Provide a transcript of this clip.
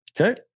Okay